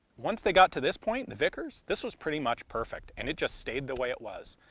once they got to this point, the vickers, this was pretty much perfect, and it just stayed the way it was.